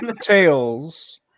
Tails